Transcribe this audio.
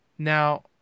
Now